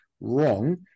Wrong